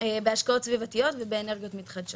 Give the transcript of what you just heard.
בהשקעות סביבתיות ובאנרגיות מתחדשות.